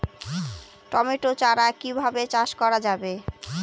Tomato চারা কিভাবে চাষ করা যাবে?